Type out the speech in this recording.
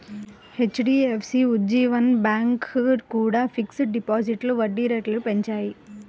HDFC, Ujjivan bank కూడా fixed డిపాజిట్లపై వడ్డీ రేట్లను పెంచాయి